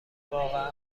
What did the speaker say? واقعا